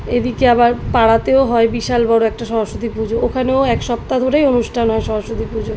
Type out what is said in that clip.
এদিকে আবার পাড়াতেও হয় বিশাল বড় একটা সরস্বতী পুজো ওখানেও এক সপ্তাহ ধরেই অনুষ্ঠান হয় সরস্বতী পুজোয়